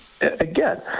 again